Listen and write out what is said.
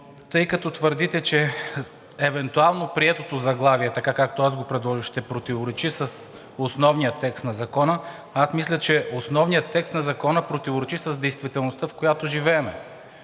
тъй като твърдите, че евентуално приетото заглавие – така, както аз го предложих, ще противоречи с основния текст на Закона, аз мисля, че основният текст на Закона противоречи с действителността, в която живеем,